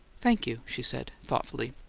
thank you, she said, thoughtfully.